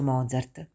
Mozart